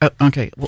okay